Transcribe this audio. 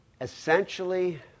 essentially